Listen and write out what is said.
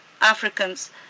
Africans